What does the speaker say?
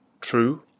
true